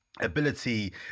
Ability